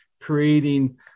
creating